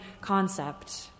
concept